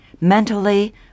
mentally